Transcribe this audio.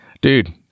dude